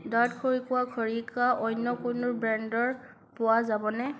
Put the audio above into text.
দাঁত খৰকিওৱা খৰিকা অন্য কোনো ব্ৰেণ্ডৰ পোৱা যাবনে